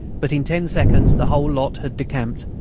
but in ten seconds the whole lot had decamped,